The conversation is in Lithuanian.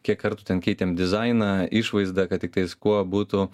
kiek kartų ten keitėm dizainą išvaizdą kad tiktais kuo būtų